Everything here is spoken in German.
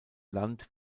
land